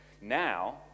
Now